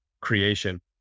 creation